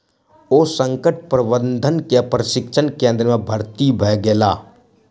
ओ संकट प्रबंधन के प्रशिक्षण केंद्र में भर्ती भ गेला